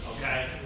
okay